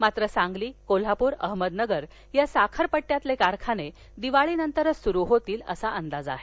मात्र सांगली कोल्हापूर नगर या साखर पट्टयातील कारखाने दिवाळीनंतरच सुरु होतील असा अंदाज आहे